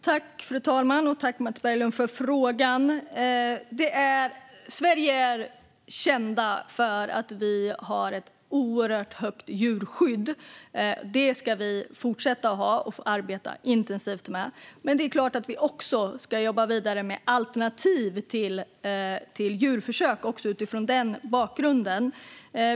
Fru talman! Tack, Mats Berglund, för frågan! Sverige är känt för att ha ett oerhört starkt djurskydd. Det ska vi fortsätta att ha och arbeta intensivt med. Men det är klart att vi också ska jobba vidare med alternativ till djurförsök utifrån denna bakgrund.